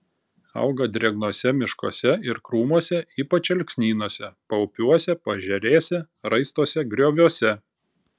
auga drėgnuose miškuose ir krūmuose ypač alksnynuose paupiuose paežerėse raistuose grioviuose